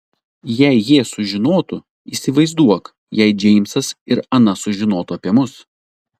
jei jie sužinotų įsivaizduok jei džeimsas ir ana sužinotų apie mus